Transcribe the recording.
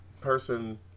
person